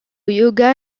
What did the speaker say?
yoga